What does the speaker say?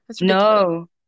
No